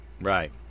Right